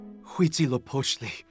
Huitzilopochtli